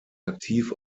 aktiv